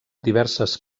diverses